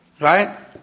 Right